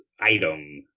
item